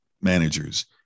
managers